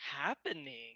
happening